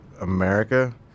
America